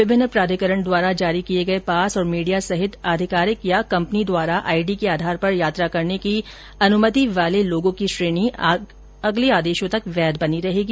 विभिन्न प्राधिकरण द्वारा जारी किये गये पास और मीडिया सहित अधिकारिक या कम्पनी द्वारा आईडी के आधार पर यात्रा करने की अनुमति वाले व्यक्तियों की श्रेणी आगले आदेशों तक वैद्य बनी रहेगी